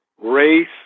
race